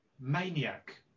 maniac